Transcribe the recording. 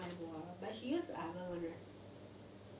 eye ball ah but she used to agak [one] right